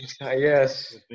yes